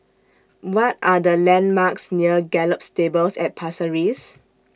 What Are The landmarks near Gallop Stables At Pasir Ris